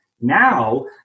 Now